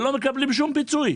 ולא מקבלים שום פיצוי.